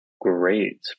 great